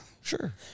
Sure